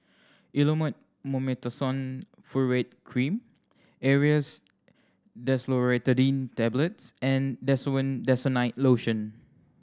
Elomet Mometasone Furoate Cream Aerius DesloratadineTablets and Desowen Desonide Lotion